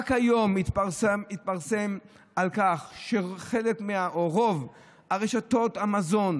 רק היום התפרסם על כך שחלק או רוב רשתות המזון